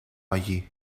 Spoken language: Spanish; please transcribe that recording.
allí